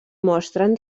mostren